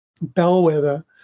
bellwether